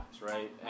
right